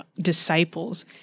disciples